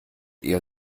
eher